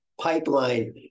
pipeline